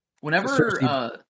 Whenever